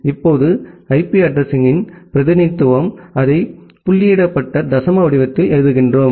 இப்போது ஐபி அட்ரஸிங்யின் பிரதிநிதித்துவம் அதை புள்ளியிடப்பட்ட தசம வடிவத்தில் எழுதுகிறோம்